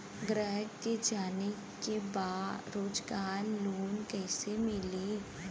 ग्राहक के जाने के बा रोजगार लोन कईसे मिली?